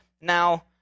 now